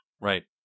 Right